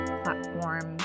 platform